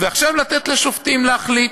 ועכשיו לתת לשופטים להחליט.